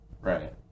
Right